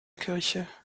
kirche